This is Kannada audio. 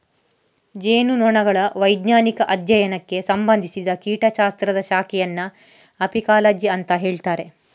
ಜೇನುನೊಣಗಳ ವೈಜ್ಞಾನಿಕ ಅಧ್ಯಯನಕ್ಕೆ ಸಂಬಂಧಿಸಿದ ಕೀಟ ಶಾಸ್ತ್ರದ ಶಾಖೆಯನ್ನ ಅಪಿಕಾಲಜಿ ಅಂತ ಹೇಳ್ತಾರೆ